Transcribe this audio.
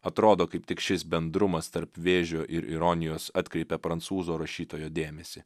atrodo kaip tik šis bendrumas tarp vėžio ir ironijos atkreipė prancūzo rašytojo dėmesį